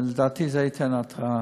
לדעתי זה ייתן הרתעה,